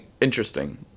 interesting